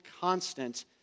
constant